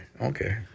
Okay